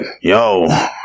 yo